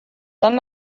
tant